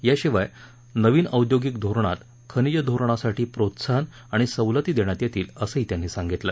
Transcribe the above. याशिवाय नवीन औद्योगिक धोरणात खनिज धोरणासाठी प्रोत्साहन अणि सवलती देण्यात येतील असंही त्यांनी सांगितलं